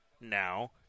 now